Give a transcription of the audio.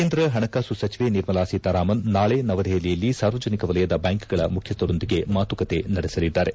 ಕೇಂದ್ರ ಪಣಕಾಸು ಸಚಿವೆ ನಿರ್ಮಲಾ ಸೀತಾರಾಮನ್ ಅವರು ನಾಳೆ ನವದೆಹಲಿಯಲ್ಲಿ ಸಾರ್ವಜನಿಕ ವಲಯದ ಬ್ಲಾಂಕ್ಗಳ ಮುಖ್ಯಸ್ಲರೊಂದಿಗೆ ಮಾತುಕತೆ ನಡೆಸಲಿದ್ದಾರೆ